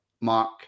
Mark